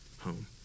home